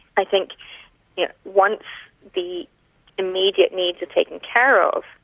i think yeah once the immediate needs are taken care of,